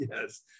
yes